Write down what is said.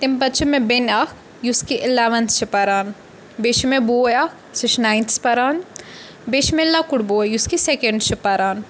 تمہِ پَتہٕ چھِ مےٚ بیٚنہِ اَکھ یُس کہِ اِلیوَنتھ چھِ پَران بیٚیہِ چھِ مےٚ بوے اَکھ سُہ چھِ ناینتھَس پَران بیٚیہِ چھِ مےٚ لَکُٹ بوے یُس کہِ سیٚکَنٛڈَس چھِ پَران